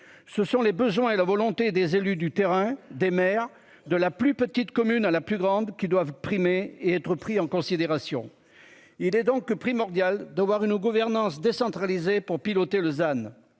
Ce sont les besoins et la volonté des élus du terrain, des maires de la plus petite commune à la plus grande qui doivent primer et être pris en considération. Il est donc primordial d'avoir une gouvernance décentralisée pour piloter